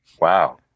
wow